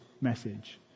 message